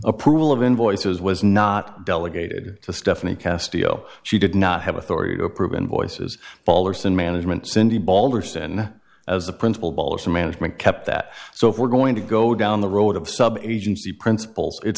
approval of invoices was not delegated to stephanie castillo she did not have authority to approve invoices ballers and management cindy balder sen as the principal ballers of management kept that so if we're going to go down the road of sub agency principals it